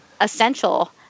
essential